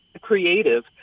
creative